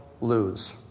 lose